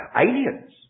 Aliens